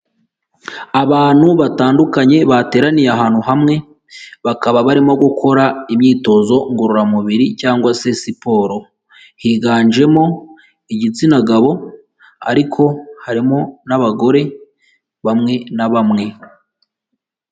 Abantu batandukanye bateraniye ahantu hamwe, bakaba barimo gukora imyitozo ngororamubiri cyangwa se siporo, higanjemo igitsina gabo ariko harimo n'abagore bamwe na bamwe.